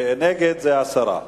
נגד, זה הסרה.